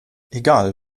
egal